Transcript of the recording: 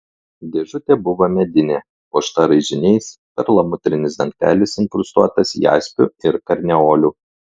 dėžutė buvo medinė puošta raižiniais perlamutrinis dangtelis inkrustuotas jaspiu ir karneoliu